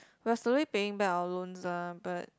we are slowly paying back our loans lah but